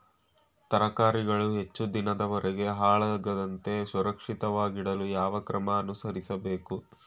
ತರಕಾರಿಗಳು ಹೆಚ್ಚು ದಿನದವರೆಗೆ ಹಾಳಾಗದಂತೆ ಸುರಕ್ಷಿತವಾಗಿಡಲು ಯಾವ ಕ್ರಮ ಅನುಸರಿಸಬೇಕು?